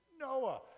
noah